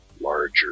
larger